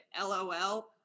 LOL